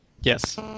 Yes